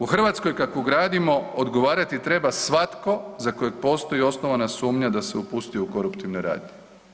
U Hrvatskoj kakvu gradimo odgovarati treba svatko za kojeg postoji osnovana sumnja da se upustio u koruptivne radnje.